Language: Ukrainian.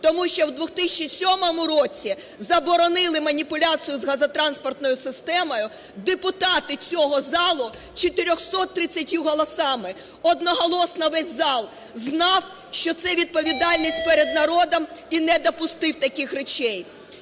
Тому що в 2007 році заборонили маніпуляцію з газотранспортною системою депутати цього залу 430 голосами, одноголосно весь зал знав, що це відповідальність перед народом і не допустив таких речей.